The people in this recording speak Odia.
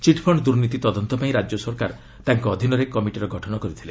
ଚିଟ୍ଫଣ୍ଡ ଦୁର୍ନୀତି ତଦନ୍ତ ପାଇଁ ରାଜ୍ୟ ସରକାର ତାଙ୍କ ଅଧୀନରେ କମିଟିର ଗଠନ କରିଥିଲେ